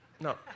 no